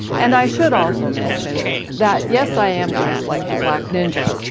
and i should also mention that yes i am dressed like the black ninja,